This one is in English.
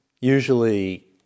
usually